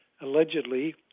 allegedly